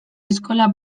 eskola